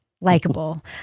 likable